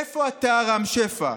איפה אתה, רם שפע?